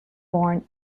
born